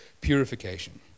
purification